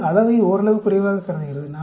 இது அளவை ஓரளவு குறைவாக கருதுகிறது